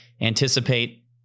anticipate